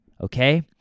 Okay